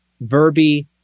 verbi